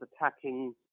attacking